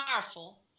powerful